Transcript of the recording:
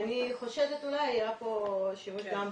אני חושבת שאולי היה פה שימוש גם בסם.